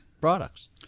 products